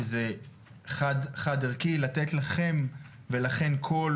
וזה חד-חד ערכי לתת לכם ולכן קול,